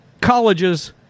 colleges